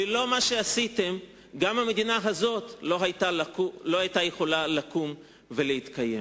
ללא מה שעשיתם גם המדינה הזאת לא היתה יכולה לקום ולהתקיים.